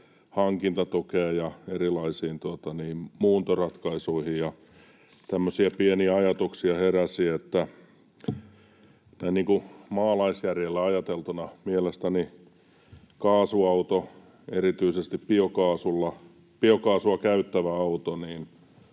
hankintatukeen ja erilaisiin muuntoratkaisuihin, ja tämmöisiä pieniä ajatuksia heräsi. Maalaisjärjellä ajateltuna mielestäni kaasuauto, erityisesti biokaasua käyttävä auto,